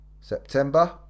September